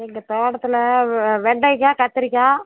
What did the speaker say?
எங்கள் தோட்டத்தில் வெண்டைக்காய் கத்திரிக்காய்